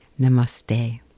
Namaste